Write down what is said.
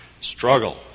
struggle